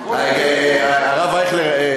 הרב אייכלר,